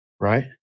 Right